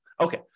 Okay